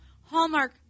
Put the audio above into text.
Hallmark